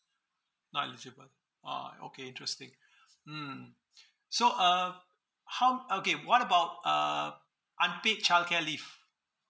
not eligible oh okay interesting mm so uh how okay what about uh unpaid childcare leave